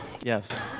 Yes